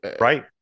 right